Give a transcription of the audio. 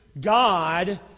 God